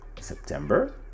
september